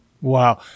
Wow